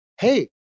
Hey